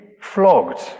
flogged